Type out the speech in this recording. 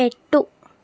పెట్టు